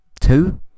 two